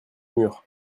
mur